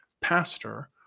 pastor